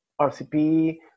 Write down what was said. rcp